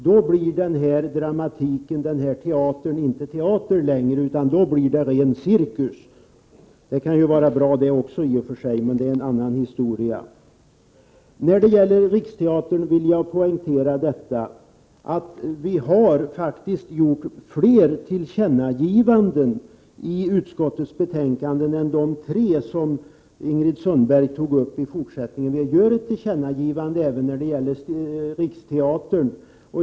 När inte det går blir den här teatern inte längre teater utan ren cirkus. Det kan i och för sig också vara bra, men det är en annan historia. Jag vill poängtera att vi vad gäller Riksteatern har gjort flera tillkännagivanden i utskottsbetänkandet än de tre som Ingrid Sundberg nämnde. Vi gör ett tillkännagivande även beträffande Riksteatern.